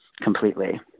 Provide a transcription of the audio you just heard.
completely